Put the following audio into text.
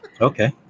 okay